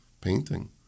Painting